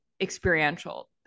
experiential